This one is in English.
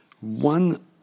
One